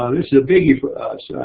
um this is a biggie for us.